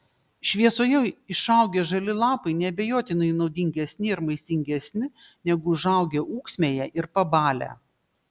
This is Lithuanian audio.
šviesoje išaugę žali lapai neabejotinai naudingesni ir maistingesni negu užaugę ūksmėje ir pabalę